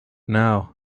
now